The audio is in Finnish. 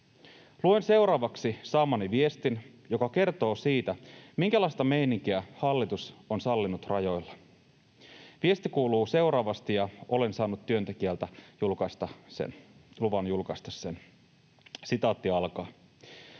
Luen seuraavaksi saamani viestin, joka kertoo siitä, minkälaista meininkiä hallitus on sallinut rajoilla. Viesti kuuluu seuraavasti — ja olen saanut työntekijältä luvan julkaista sen: ”Mainittakoon